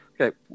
Okay